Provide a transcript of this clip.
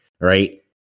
right